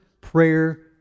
prayer